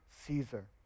Caesar